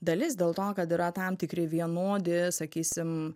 dalis dėl to kad yra tam tikri vienodi sakysim